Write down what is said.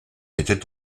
était